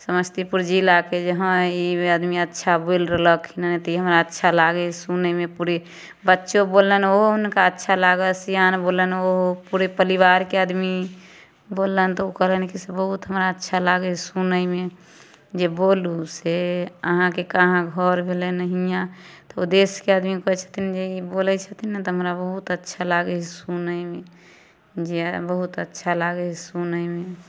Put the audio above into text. समस्तीपुर जिलाके जे हइ ई आदमी अच्छा बोलि रहलखिन तऽ ई हमरा अच्छा लागै सुनयमे पूरे बच्चो बोललै ने ओहो हुनका अच्छा लागल सियान बोललन ओहो पूरे परिवारके आदमी बोललन तऽ ओ कहलन कि से बहुत हमरा अच्छा लागै सुनयमे जे बोलू से अहाँके कहाँ घर भेलै हियाँ तऽ ओ देशके आदमी कहै छथिन जे ई बोलै छथिन ने तऽ हमरा बहुत अच्छा लागय हइ सुनय मे जे बहुत अच्छा लागय हय सुनय मे